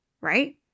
right